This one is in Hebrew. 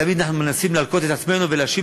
אבל תמיד אנחנו מנסים להלקות את עצמנו ולהאשים